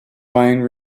wine